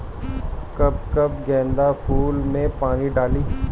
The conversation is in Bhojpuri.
कब कब गेंदा फुल में पानी डाली?